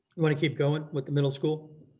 wanna keep going with the middle school,